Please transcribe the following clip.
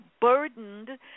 burdened